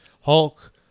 Hulk